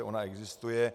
Ona existuje.